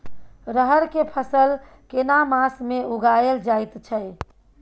रहर के फसल केना मास में उगायल जायत छै?